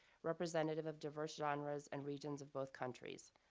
representative of diverse genres and regions of both countries.